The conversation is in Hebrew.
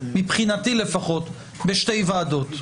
מבחינתי לפחות, בשתי ועדות.